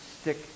stick